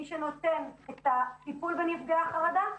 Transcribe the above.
מי שנותן את הטיפול בנפגעי החרדה,